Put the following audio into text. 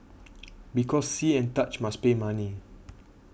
because see and touch must pay money